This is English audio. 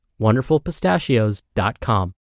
WonderfulPistachios.com